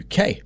UK